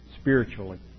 spiritually